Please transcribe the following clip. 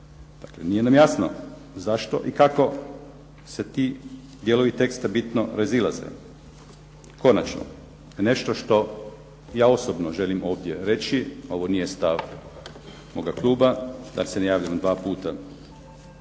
nije nam jasno zašto i kako se ti dijelovi teksta bitno razilaze? Konačno, nešto što ja osobno želim ovdje reći, ovo nije stav moga kluba da se ne javljam dva puta.